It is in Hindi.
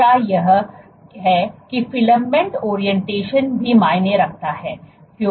दूसरा यह है कि फिलामेंट ओरिएंटेशन भी मायने रखता है